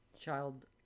Child